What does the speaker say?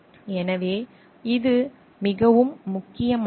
எனவே இது மிகவும் முக்கியமானது